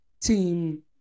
Team